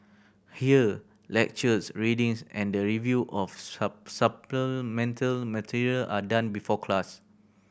here lectures readings and the review of supplemental material are done before class